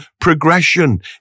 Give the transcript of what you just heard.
progression